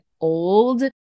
old